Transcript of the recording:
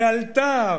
לאלתר,